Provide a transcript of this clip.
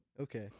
Okay